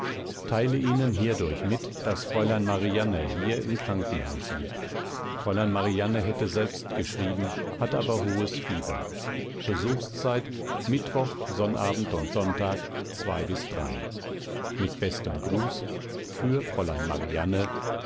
teile ihnen hierdurch mit daß fräulein marianne hier im krankenhaus liegt fräulein marianne hätte selbst geschrieben hat aber hohes fieber besuchszeit mittwoch sonnabend und sonntag mit bestem gruß für fräulein marianne